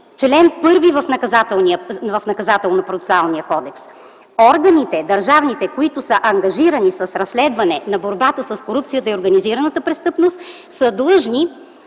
чл. 1 в Наказателно-процесуалния кодекс. Държавните органи, които са ангажирани с разследване на борбата с корупцията и организираната престъпност, са длъжни